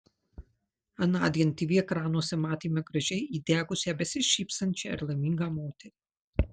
anądien tv ekranuose matėme gražiai įdegusią besišypsančią ir laimingą moterį